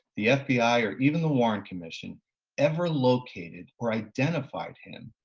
the fbi, or even the warren commission ever located or identified him,